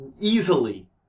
easily